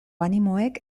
animoek